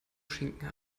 schinken